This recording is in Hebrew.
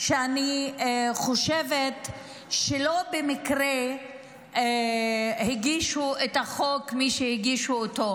שאני חושבת שלא במקרה הגישו את החוק מי שהגישו אותו.